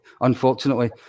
unfortunately